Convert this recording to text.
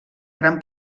gran